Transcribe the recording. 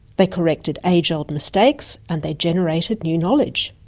they corrected age old mistakes and they generated new knowledge.